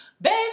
baby